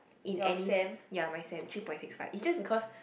in any ya my sem three point six five is just because